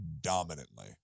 dominantly